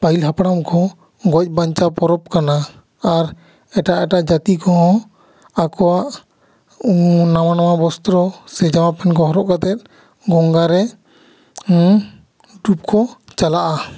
ᱯᱟᱹᱦᱤᱞ ᱦᱟᱯᱟᱲᱟᱢ ᱠᱚ ᱜᱚᱡ ᱵᱟᱧᱪᱟᱣ ᱯᱚᱨᱚᱵᱽ ᱠᱟᱱᱟ ᱮᱴᱟᱜ ᱮᱴᱟᱜ ᱡᱟᱹᱛᱤ ᱠᱚᱦᱚ ᱟᱠᱚᱭᱟᱜ ᱩᱱ ᱱᱟᱣᱟ ᱱᱟᱣᱟ ᱵᱚᱥᱛᱨᱚ ᱥᱮ ᱡᱟᱢᱟ ᱯᱮᱱ ᱠᱚ ᱦᱚᱨᱚᱜ ᱠᱟᱛᱮ ᱜᱚᱝᱜᱟ ᱨᱮ ᱰᱩᱵ ᱠᱚ ᱪᱟᱞᱟᱜᱼᱟ